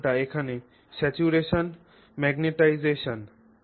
এই মানটি এখানে স্যাচুরেশন ম্যাগনেটাইজেশন